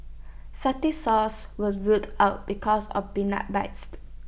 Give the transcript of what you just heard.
Satay Sauce was ruled out because of peanut